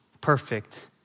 perfect